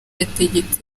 yategetse